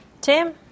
Tim